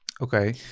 okay